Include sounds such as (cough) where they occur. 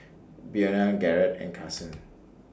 Buena Garett and Carsen (noise)